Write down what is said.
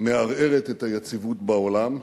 מערערת את היציבות בעולם,